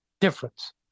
difference